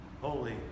Holy